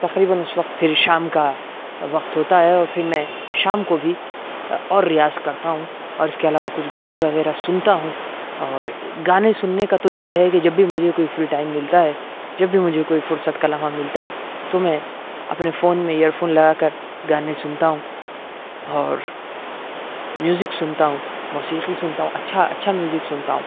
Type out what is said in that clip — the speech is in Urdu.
تقریباً اس وقت پھر شام کا وقت ہوتا ہے اور پھر میں شام کو بھی اور ریاض کرتا ہوں اور اس کے علاوہ کچھ گانے وغیرہ سنتا ہوں اور گانے سننے کا تو یہ ہے کہ جب بھی مجھے کوئی فری ٹائم ملتا ہے جب بھی مجھے کوئی فرصت کا لمحہ ملتا ہے تو میں اپنے فون میں ایئر فون لگا کر گانے سنتا ہوں اور میوزک سنتا ہوں موسیقی سنتا ہوں اچھا اچھا میوزک سنتا ہوں